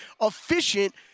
efficient